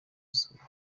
zuba